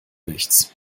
nichts